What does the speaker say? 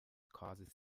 causes